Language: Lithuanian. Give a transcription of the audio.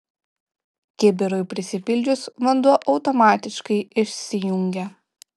kibirui prisipildžius vanduo automatiškai išsijungia